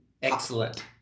Excellent